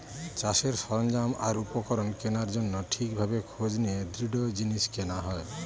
চাষের সরঞ্জাম আর উপকরণ কেনার জন্য ঠিক ভাবে খোঁজ নিয়ে দৃঢ় জিনিস কেনা হয়